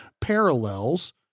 parallels